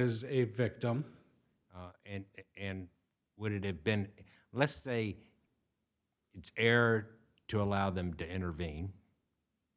is a victim and and would it have been let's say it's fair to allow them to intervene